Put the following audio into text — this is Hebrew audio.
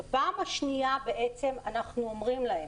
בפעם השנייה אנחנו אומרים להם: